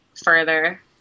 further